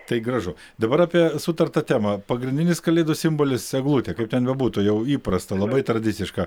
tai gražu dabar apie sutartą temą pagrindinis kalėdų simbolis eglutė kaip ten bebūtų jau įprasta labai tradiciška